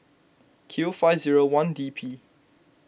Q five zero one D P